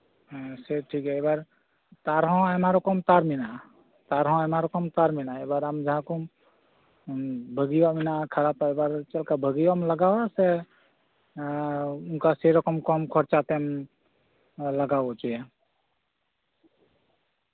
ᱦᱮᱸ ᱥᱮᱭ ᱴᱷᱤᱠᱜᱮᱭᱟ ᱮᱵᱟᱨ ᱛᱟᱨ ᱦᱚᱸ ᱟᱭᱢᱟ ᱨᱚᱠᱚᱢ ᱛᱟᱨ ᱢᱮᱱᱟᱜᱼᱟ ᱛᱟᱨᱦᱚᱸ ᱟᱭᱢᱟ ᱨᱚᱠᱚᱢ ᱛᱟᱨ ᱢᱮᱱᱟᱜᱼᱟ ᱮᱵᱟᱨ ᱟᱢ ᱡᱟᱦᱟᱸ ᱠᱚᱢ ᱵᱷᱟᱹᱜᱤᱭᱟᱜ ᱢᱮᱱᱟᱜᱼᱟ ᱠᱷᱟᱯᱨᱟᱯᱟᱜ ᱚᱠᱟ ᱵᱷᱟᱹᱜᱤᱭᱟᱜ ᱮᱢ ᱞᱟᱜᱟᱣᱟ ᱥᱮ ᱚᱱᱠᱟ ᱥᱮᱨᱚᱠᱚᱢ ᱠᱚᱢ ᱠᱷᱚᱨᱪᱟ ᱛᱮᱢ ᱞᱟᱜᱟᱣ ᱦᱚᱪᱚᱭᱟ